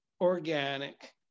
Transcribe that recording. organic